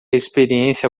experiência